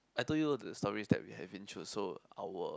I told you the stories that we have been through so our